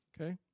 okay